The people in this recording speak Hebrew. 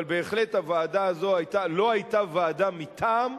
אבל בהחלט הוועדה הזו לא היתה ועדה מטעם,